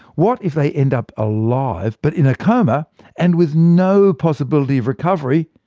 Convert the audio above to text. what if they end up alive, but in a coma and with no possibility recovery,